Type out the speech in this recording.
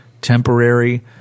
temporary